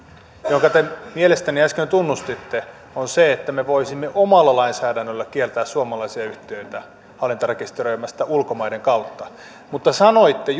minkä te mielestäni äsken tunnustitte on se että me voisimme omalla lainsäädännöllämme kieltää suomalaisia yhtiöitä hallintarekisteröimästä ulkomaiden kautta mutta sanoitte